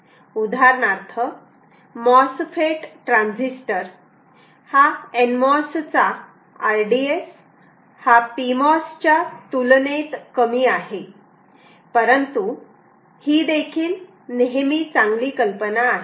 उदाहरणार्थ MOSFET transistor nmos चा RDS हा pmos च्या तुलनेत कमी आहे परंतु हीदेखील नेहमी चांगली कल्पना आहे